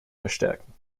verstärken